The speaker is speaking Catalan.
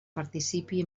participi